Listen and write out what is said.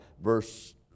verse